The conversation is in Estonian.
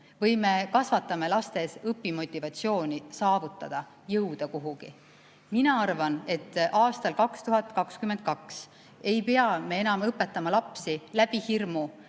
või me kasvatame lastes õpimotivatsiooni saavutada midagi, jõuda kuhugi? Mina arvan, et aastal 2022 ei pea me enam õpetama lapsi läbi hirmu,